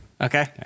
Okay